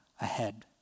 ahead